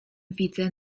widzę